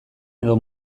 edo